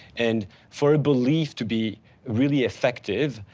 and for belief to be really effective,